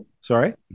sorry